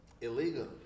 illegal